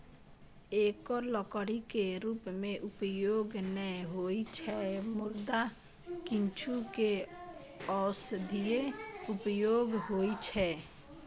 एकर लकड़ी के रूप मे उपयोग नै होइ छै, मुदा किछु के औषधीय उपयोग होइ छै